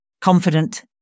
confident